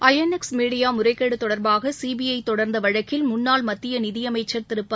INX media முறைகேடு தொடர்பாக CBI தொடர்ந்த வழக்கில் முன்னாள் மத்திய நிதியமைச்ச் திரு ப